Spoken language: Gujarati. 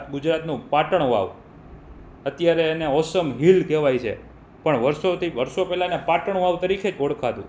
ગુજરાતનું પાટણ વાવ અત્યારે એને ઓસમ હિલ કહેવાય છે પણ વર્ષોથી વર્ષો પહેલાં એને પાટણ વાવ તરીકે જ ઓળખાતું